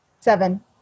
Seven